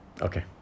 Okay